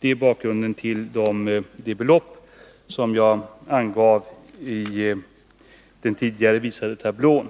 Detta är bakgrunden till de belopp som jag angav i den tidigare visade tablån.